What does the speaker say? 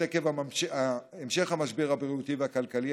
עקב המשך המשבר הבריאותי והכלכלי,